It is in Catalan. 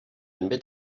també